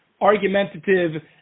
argumentative